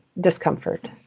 discomfort